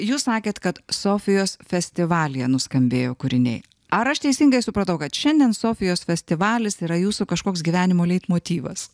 jūs sakėt kad sofijos festivalyje nuskambėjo kūriniai ar aš teisingai supratau kad šiandien sofijos festivalis yra jūsų kažkoks gyvenimo leitmotyvas